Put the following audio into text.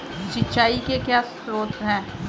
सिंचाई के क्या स्रोत हैं?